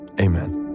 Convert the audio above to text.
Amen